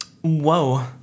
whoa